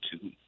two